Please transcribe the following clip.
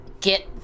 Get